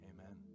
amen